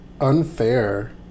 unfair